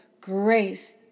grace